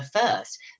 first